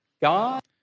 God